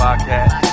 Podcast